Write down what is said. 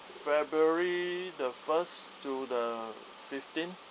february the first to the fifteen